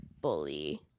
bully